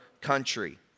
country